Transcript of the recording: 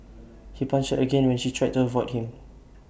he punched again when she tried to avoid him